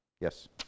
Yes